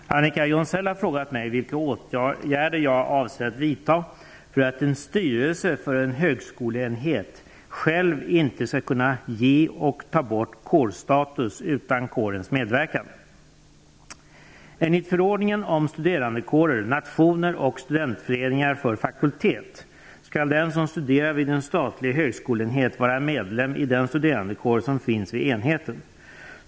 Fru talman! Annika Jonsell har frågat mig vilka åtgärder jag avser att vidta för att en styrelse för en högskoleenhet själv inte skall kunna ge och ta bort kårstatus utan kårens medverkan. Enligt förordningen om studerandekårer, nationer och studentföreningar för fakultet skall den som studerar vid en statlig högskoleenhet vara medlem i den studerandekår som finns vid enheten.